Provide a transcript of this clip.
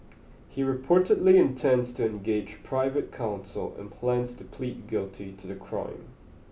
he reportedly intends to engage private counsel and plans to plead guilty to the crime